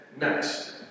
next